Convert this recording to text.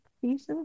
pieces